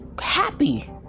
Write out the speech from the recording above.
happy